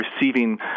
receiving